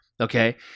Okay